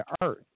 earth